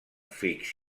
fix